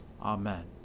Amen